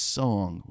song